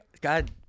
God